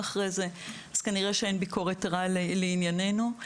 אז כנראה שאין ביקורת רעה לענייננו.